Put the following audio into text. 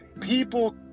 people